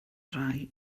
rai